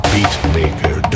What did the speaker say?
Beatmaker